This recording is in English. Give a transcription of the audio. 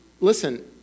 listen